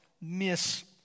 miss